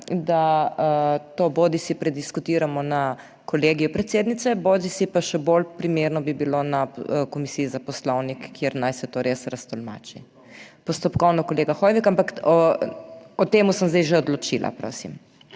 da to bodisi prediskutiramo na Kolegiju predsednice, bodisi pa še bolj primerno bi bilo na Komisiji za poslovnik, kjer naj se to res raztolmači. Postopkovno, kolega Hoivik. Ampak o tem sem zdaj že odločila. Prosim.